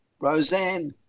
Roseanne